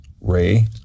Ray